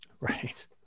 Right